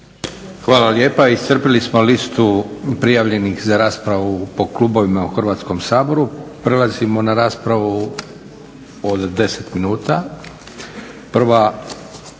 Hvala lijepa. Iscrpili smo listu prijavljenih za raspravu po klubovima u Hrvatskom saboru. Prelazimo na raspravu od 10 minuta. Prva